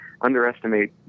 underestimate